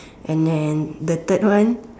and then the third one